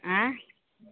आँय